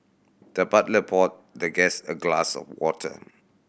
the butler poured the guest a glass of water